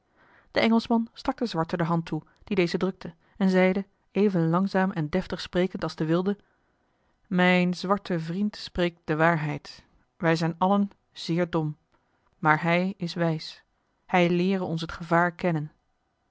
de engelschman stak den zwarte de hand toe die deze drukte en zeide even langzaam en deftig sprekend als de wilde mijn zwarte vriend spreekt de waarheid wij zijn allen zeer dom maar hij is wijs hij leere ons het gevaar kennen